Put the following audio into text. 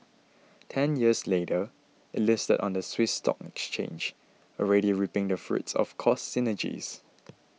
ten years later it listed on the Swiss stock exchange already reaping the fruits of cost synergies